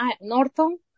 Norton